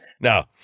Now